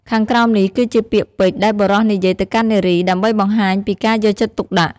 ខាងក្រោមនេះគឺជាពាក្យពេចន៍៍ដែលបុរសនិយាយទៅកាន់នារី ដើម្បីបង្ហាញពីការយកចិត្តទុក្ខដាក់។